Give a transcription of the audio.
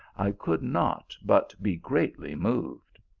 i could not but be greatly moved.